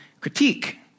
Critique